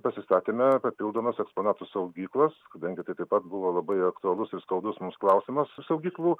pasistatėme papildomas eksponatų saugyklas kadangi tai taip pat buvo labai aktualus ir skaudus mums klausimas saugyklų